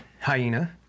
hyena